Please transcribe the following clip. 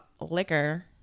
liquor